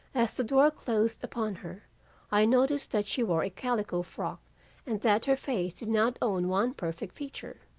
as the door closed upon her i noticed that she wore a calico frock and that her face did not own one perfect feature.